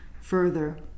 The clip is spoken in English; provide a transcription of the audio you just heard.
further